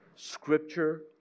Scripture